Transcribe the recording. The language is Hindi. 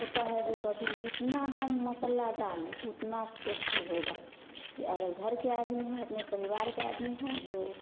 होता है जो कभी जितना हम मसाला डाले उतना टेस्टी होगा जे अगर घर के आदमी है अपने परिवार के आदमी हैं जो